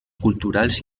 culturals